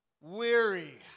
weary